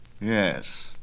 Yes